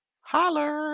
Holler